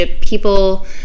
people